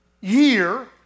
year